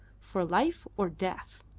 for life or death.